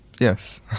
Yes